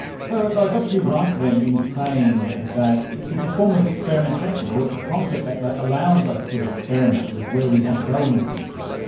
so have i got you right then in saying that it's a form of experimentation or it's a concept that allows us to experiment with where we want to go in the future.